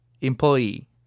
employee